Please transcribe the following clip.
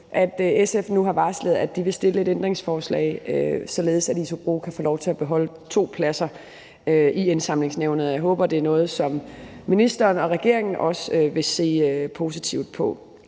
nu har varslet, at de vil stille et ændringsforslag, således at ISOBRO kan få lov til at beholde to pladser i Indsamlingsnævnet, og jeg håber, det er noget, som ministeren og regeringen også vil se positivt på.